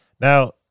now